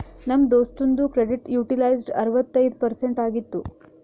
ನಮ್ ದೋಸ್ತುಂದು credit utilised ಅರವತ್ತೈಯ್ದ ಪರ್ಸೆಂಟ್ ಆಗಿತ್ತು